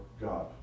God